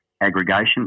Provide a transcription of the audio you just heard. aggregation